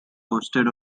hosted